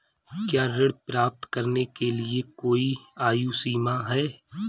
क्या ऋण प्राप्त करने के लिए कोई आयु सीमा है?